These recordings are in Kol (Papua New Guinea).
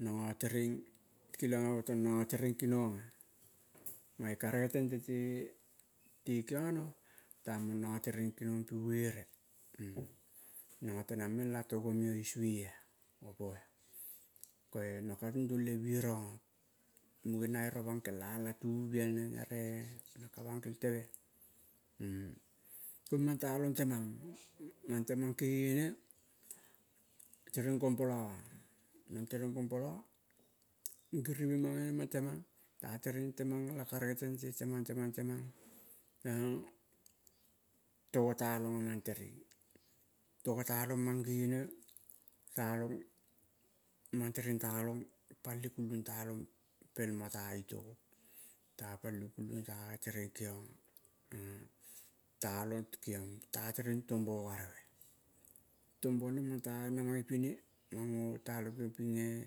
Nango tereng keliong amo tong nango tereng kenong ah. Mange karege tente te kiono tamong nango tereng kinong pi buere. Vango tenang mang la togo meo isue ah. Ko-e nango ka tung tong le birongo magi na ero pankel ah latuvu biel neng ere naka bankel teve. Kang mang talong temang, mang temang gegene tereng. kom polo ah mang tereng kom polo giviring mangene mang tereng temang ta tereng temang la karege tente, temang temang talong long tago talong amang tereng togo talong mange ne, talong mang tereng talong pali kulung talong pel mo ta itogo, ta pali kulung ta tereng gegiong, ta tereng gegiong ta tereng tom bo ogareve, tom boneng mang ta namang ipine, talong kegiong ping eh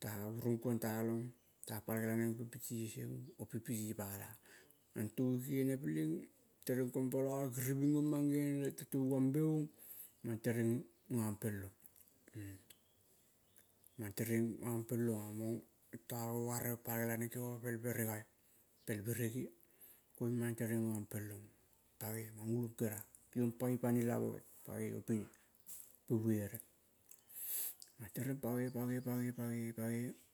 ta uronguong ta pal gelaneng opi piti sie opi piti pala ah. Mang togi kegene pelinging. Tereng kong polo giriving ang mange ne lete touombe mang tereng gopel long mang tereng gong pel long toge ogareve palgela neng oma pel beregoi, pel berege. Koing mang tereng gopel long pagoi mang ulong keria. Kigong paipane la bage pa goi oping ah pi buere mang tereng pagoi, pagoi, pagoi, pagoi, pagoi